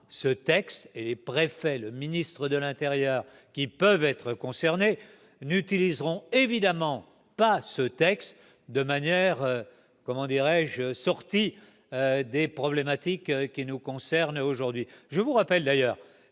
ce texte et préfet, le ministre de l'Intérieur qui peuvent être concernés n'utiliseront évidemment pas ce texte, de manière comment dirais je sortis des problématiques qui nous concerne, aujourd'hui, je vous rappelle d'ailleurs